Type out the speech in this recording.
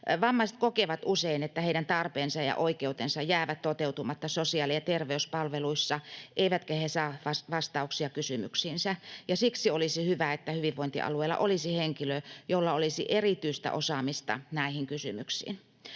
Vammaiset kokevat usein, että heidän tarpeensa ja oikeutensa jäävät toteutumatta sosiaali- ja terveyspalveluissa eivätkä he saa vastauksia kysymyksiinsä, ja siksi olisi hyvä, että hyvinvointialueella olisi henkilö, jolla olisi erityistä osaamista näihin kysymyksiin.